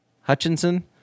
Hutchinson